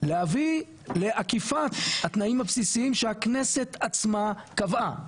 להביא לאכיפת התנאים הבסיסיים שהכנסת עצמה קבעה